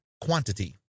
quantity